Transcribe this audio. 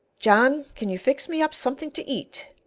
john, can you fix me up something to eat.